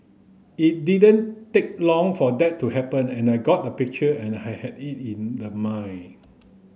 it didn't take long for that to happen and I got the picture and I had it in the mind